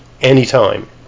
anytime